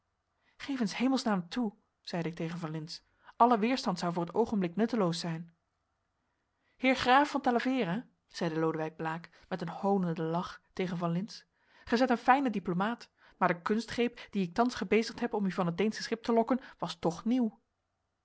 hemels naam toe zeide ik tegen van lintz alle weerstand zou voor het oogenblik nutteloos zijn heer graaf van talavera zeide lodewijk blaek met een hoonenden lach tegen van lintz gij zijt een fijne diplomaat maar de kunstgreep dien ik thans gebezigd heb om u van het deensche schip te lokken was toch nieuw